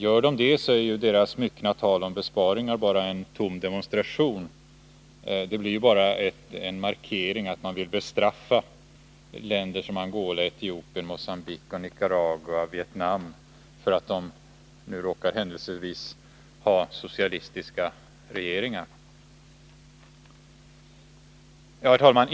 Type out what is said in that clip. Gör de det är deras myckna tal om besparingar bara en tom demonstration. Det blir då bara en markering av att man vill bestraffa länder som Angola, Etiopien, Mogambique, Nicaragua och Vietnam för att de händelsevis råkar ha socialistiska regeringar. Herr talman!